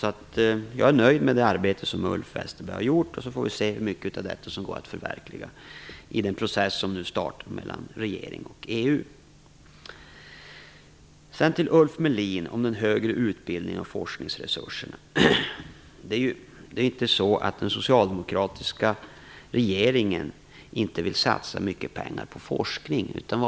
Jag är nöjd med det arbete som Ulf Westerberg har gjort. Vi får se hur mycket av detta som går att förverkliga i den process som nu startar mellan regeringen och EU. Ulf Melin talade om den högre utbildningen och forskningsresurserna. Det är inte så att den socialdemokratiska regeringen inte vill satsa mycket pengar på forskning.